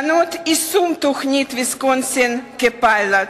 שנות יישום תוכנית ויסקונסין כפיילוט,